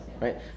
Right